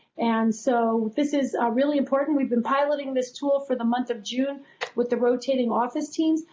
and so. this is really important. we've been piloting this tool for the month of june with the rotating office team.